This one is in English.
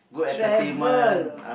travel